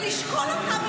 ולשקול אותם,